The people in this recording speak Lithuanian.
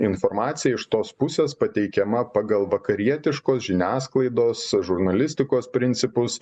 informacija iš tos pusės pateikiama pagal vakarietiškos žiniasklaidos žurnalistikos principus